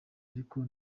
ariko